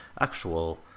actual